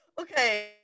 Okay